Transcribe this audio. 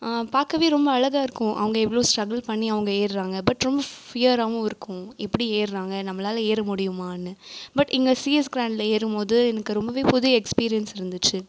பார்க்கவே ரொம்ப அழகாக இருக்கும் அவங்க எவ்வளோ ஸ்ட்ரகுல் பண்ணி அவங்க ஏறுறாங்க ரொம்ப ஃபியராகவும் இருக்கும் எப்படி ஏறுறாங்க நம்மளால் ஏற முடியுமான்னு பட் இங்கே சிஎஸ் கிரைனில் ஏறும் போது எனக்கு ரொம்பவே புது எக்ஸ்பீரியன்ஸ் இருந்துச்சு